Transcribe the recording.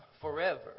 forever